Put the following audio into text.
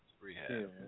rehab